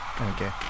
okay